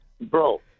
Bro